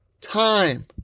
Time